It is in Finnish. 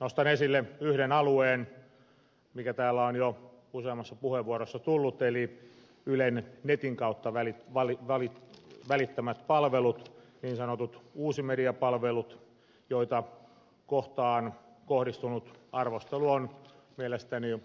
nostan esille yhden alueen mikä täällä on jo useammassa puheenvuorossa tullut eli ylen netin kautta välittämät palvelut niin sanotut uusmediapalvelut joita kohtaan kohdistunut arvostelu on mielestäni